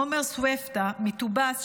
עומר סוואפטה מטובאס,